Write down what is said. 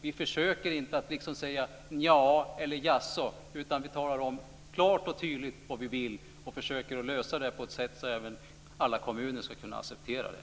Vi försöker inte säga nja eller jaså, utan vi talar om klart och tydligt vad vi vill och försöker lösa det på ett sådant sätt att även alla kommuner ska kunna acceptera det.